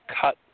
cut